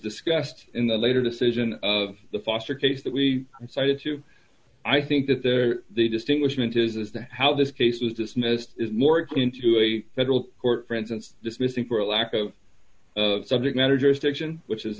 discussed in the later decision of the foster case that we decided to i think that there the distinguishment is that how this case is dismissed is more akin to a federal court for instance dismissing for a lack of subject matter jurisdiction which is